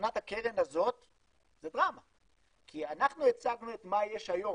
מבחינת הקרן הזאת זו דרמה כי אנחנו הצגנו את מה יש היום,